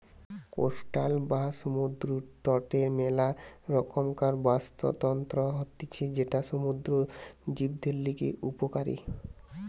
coastal বা সমুদ্র তটের মেলা রকমকার বাস্তুতন্ত্র হতিছে যেটা সমুদ্র জীবদের লিগে উপকারী